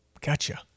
Gotcha